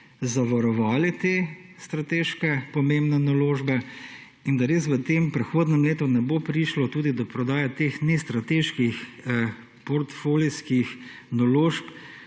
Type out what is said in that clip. zavarovalni te strateške pomembne naložbe in da res v tem prehodnem letu ne bo prišlo tudi do prodaje teh nestrateških portfolijskih naložb.